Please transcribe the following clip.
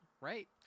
Right